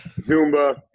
Zumba